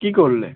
কী করলে